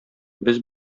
без